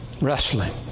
wrestling